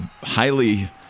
Highly